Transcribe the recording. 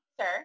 sir